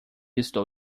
estou